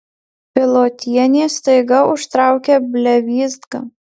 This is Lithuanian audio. pilotienė staiga užtraukia blevyzgą